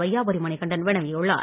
வையாபுரி மணிகண்டன் வினவியுள்ளார்